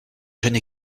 jeune